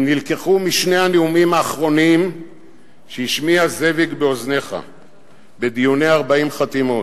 הם נלקחו משני הנאומים האחרונים שהשמיע זאביק באוזניך בדיוני 40 חתימות.